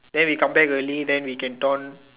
then we come back early then we can done